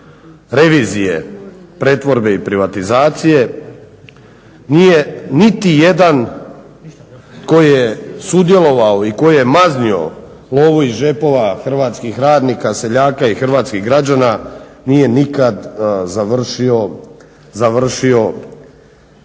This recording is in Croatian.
revizije pretvorbe i privatizacije, nije niti jedan koji je sudjelovao i koji je maznuo lovu iz džepova hrvatskih radnika, seljaka i hrvatskih građana nije nikad završio